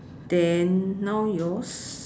then now yours